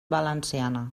valenciana